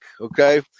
Okay